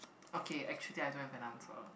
okay actually I don't have an answer